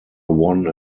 won